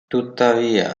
tuttavia